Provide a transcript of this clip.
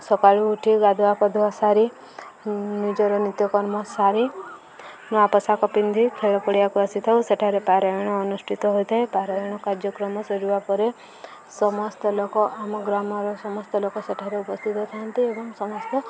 ସକାଳୁ ଉଠି ଗାଧୁଆପଧୁଆ ସାରି ନିଜର ନିତ୍ୟକର୍ମ ସାରି ନୂଆ ପୋଷାକ ପିନ୍ଧି ଖେଳ ପଡ଼ିଆକୁ ଆସିଥାଉ ସେଠାରେ ପାରାୟଣ ଅନୁଷ୍ଠିତ ହୋଇଥାଏ ପାରାୟଣ କାର୍ଯ୍ୟକ୍ରମ ସରିବା ପରେ ସମସ୍ତ ଲୋକ ଆମ ଗ୍ରାମର ସମସ୍ତ ଲୋକ ସେଠାରେ ଉପସ୍ଥିତ ଥାନ୍ତି ଏବଂ ସମସ୍ତେ